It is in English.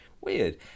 weird